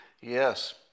Yes